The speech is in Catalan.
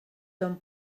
ton